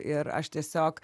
ir aš tiesiog